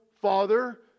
father